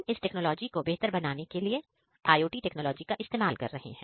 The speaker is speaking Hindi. हम इस टेक्नोलॉजी को बेहतर बनाने के लिए IOT टेक्नोलॉजी का इस्तेमाल कर रहे हैं